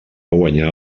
guanyar